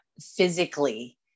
physically